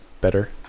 better